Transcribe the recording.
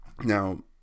Now